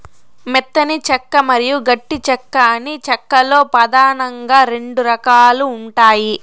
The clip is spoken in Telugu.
మెత్తని చెక్క మరియు గట్టి చెక్క అని చెక్క లో పదానంగా రెండు రకాలు ఉంటాయి